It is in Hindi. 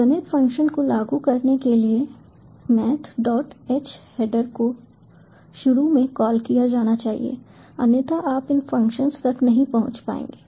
गणित फंक्शंस को लागू करने के लिए mathh हैडर को शुरू में कॉल किया जाना चाहिए अन्यथा आप इन फंक्शंस तक नहीं पहुंच पाएंगे